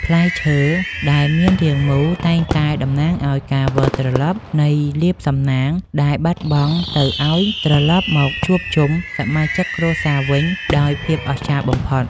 ផ្លែឈើដែលមានរាងមូលតែងតែតំណាងឱ្យការវិលត្រឡប់នៃលាភសំណាងដែលបាត់បង់ទៅឱ្យត្រឡប់មកជួបជុំសមាជិកគ្រួសារវិញដោយភាពអស្ចារ្យបំផុត។